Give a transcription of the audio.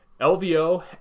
LVO